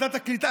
ועדת הקליטה,